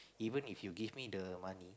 even if you give me the money